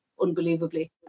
unbelievably